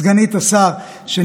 סגנית השר, סליחה.